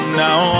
now